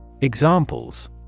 Examples